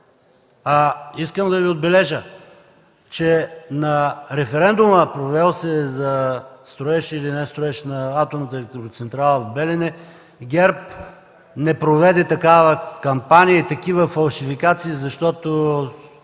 Искам да Ви отбележа, че на проведения референдум за строеж или не строеж на атомната електроцентрала в Белене, ГЕРБ не проведе такава кампания и такива фалшификации, защото